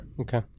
Okay